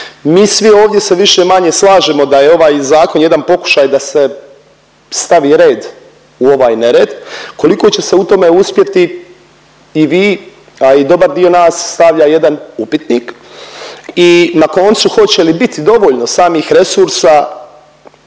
Mi svi ovdje se više-manje slažemo da je ovaj zakon jedan pokušaj da se stavi red u ovaj nered. Koliko će se u tome uspjeti? I vi, a i dobar dio nas stavlja jedan upitnik. I na koncu hoće li biti dovoljno samih resursa